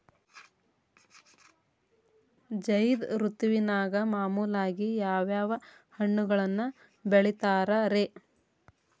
ಝೈದ್ ಋತುವಿನಾಗ ಮಾಮೂಲಾಗಿ ಯಾವ್ಯಾವ ಹಣ್ಣುಗಳನ್ನ ಬೆಳಿತಾರ ರೇ?